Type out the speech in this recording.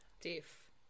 Deaf